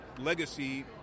legacy